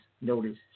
notice